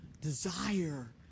desire